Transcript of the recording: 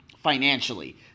financially